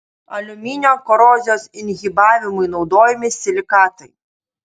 aliuminio korozijos inhibavimui naudojami silikatai